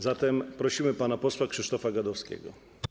Zatem prosimy pana posła Krzysztofa Gadowskiego.